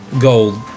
gold